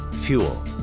Fuel